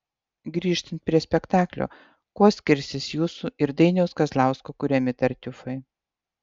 grįžtant prie spektaklio kuo skirsis jūsų ir dainiaus kazlausko kuriami tartiufai